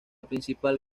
principal